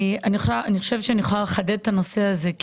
אני חושבת שאני יכולה לחדד את הנושא הזה.